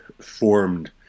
formed